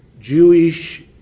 Jewish